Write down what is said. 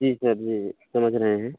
जी sir जी समझ रहे हैं